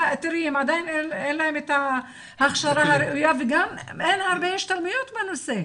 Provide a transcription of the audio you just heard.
עדיין אין להם את ההכשרה הראויה וגם אין הרבה השתלמויות בנושא.